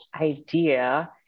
idea